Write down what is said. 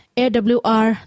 awr